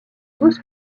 douze